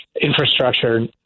infrastructure